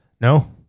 No